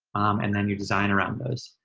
and then you design around those.